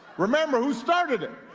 remember who started it.